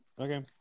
Okay